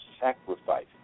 sacrifice